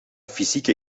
fysieke